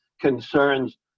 concerns